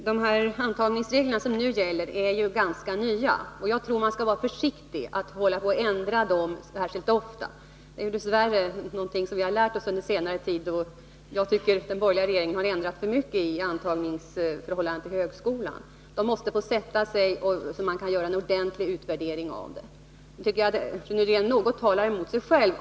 Herr talman! De intagningsregler som nu gäller är ganska nya. Jag tycker man skall vara försiktig med att ändra dem ofta. Det är någonting som vi dess värre fått lära oss under senare tid — jag tycker att den borgerliga regeringen har ändrat för mycket i antagningsreglerna för högskolan. De nya reglerna måste få sätta sig, så att man kan göra en ordentlig utvärdering av dem. Sedan tycker jag Rune Rydén något talar emot sig själv.